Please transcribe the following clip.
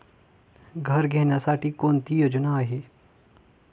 घर घेण्यासाठी कोणती योजना आहे?